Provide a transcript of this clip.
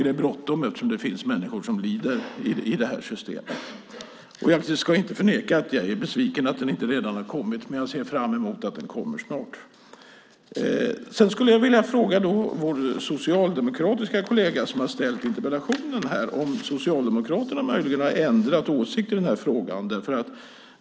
Det är bråttom eftersom det finns människor som lider i detta system. Jag ska inte förneka att jag är besviken över att den inte redan har kommit, men jag ser fram emot att den kommer snart. Sedan skulle jag vilja fråga vår socialdemokratiska kollega som har ställt interpellationen om Socialdemokraterna möjligen har ändrat åsikt i denna fråga.